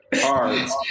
cards